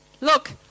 look